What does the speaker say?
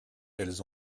elles